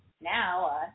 now